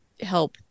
help